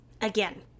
Again